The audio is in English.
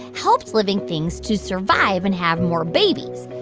helped living things to survive and have more babies,